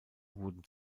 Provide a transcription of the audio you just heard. wurden